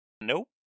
Nope